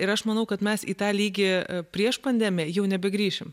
ir aš manau kad mes į tą lygį prieš pandemiją jau nebegrįšim